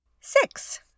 Six